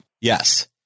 Yes